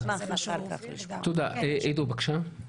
עידו, בבקשה.